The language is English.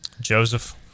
Joseph